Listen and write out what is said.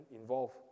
involved